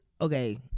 Okay